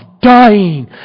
dying